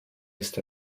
ist